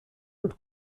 und